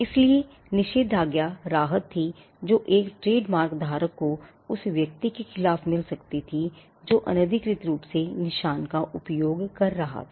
इसलिए निषेधाज्ञा राहत थी जो एक ट्रेडमार्क धारक को उस व्यक्ति के खिलाफ मिल सकती थी जो अनधिकृत रूप से निशान का उपयोग कर रहा था